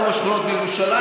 לא בשכונות בירושלים.